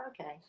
Okay